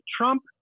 trump